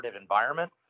environment